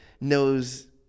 knows